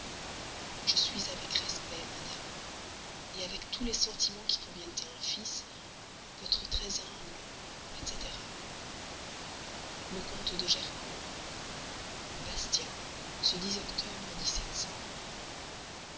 je suis avec respect madame avec tous les sentiments qui conviennent à un fils votre très humble etc le comte de germer bas sébastien octobre